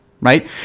Right